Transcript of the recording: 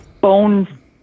bone